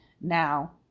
Now